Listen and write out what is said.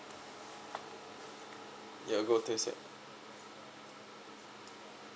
ya go